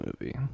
movie